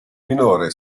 minore